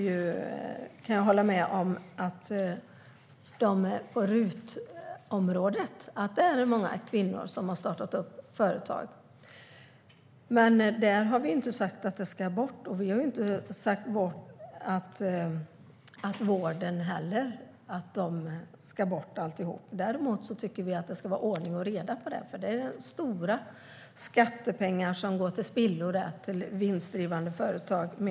Jag kan hålla med om att många kvinnor har startat företag på RUT-området, och vi har inte sagt att de ska bort. Vi har inte heller sagt att allt ska bort inom vården. Men vi tycker att det ska vara ordning och reda där, för det är stora skattepengar som går till spillo till vinstdrivande företag.